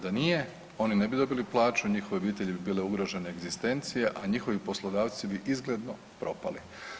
Da nije oni, oni ne bi dobili plaću, njihove obitelji bi bile ugrožene egzistencije, a njihovi poslodavci bi izgledno propali.